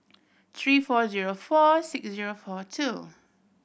three four zero four six zero four two